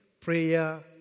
prayer